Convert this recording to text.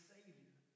Savior